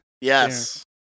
Yes